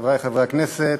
תודה, חברי חברי הכנסת,